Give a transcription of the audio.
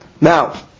Now